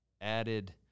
added